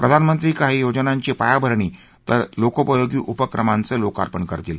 प्रधानमंत्री काही योजनांची पायाभरणी तर लोकोपयोगी उपक्रमांचं लोकार्पण करतील